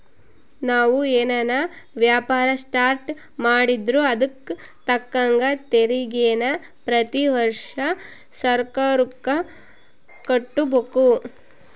ನಾವು ಏನನ ವ್ಯಾಪಾರ ಸ್ಟಾರ್ಟ್ ಮಾಡಿದ್ರೂ ಅದುಕ್ ತಕ್ಕಂಗ ತೆರಿಗೇನ ಪ್ರತಿ ವರ್ಷ ಸರ್ಕಾರುಕ್ಕ ಕಟ್ಟುಬಕು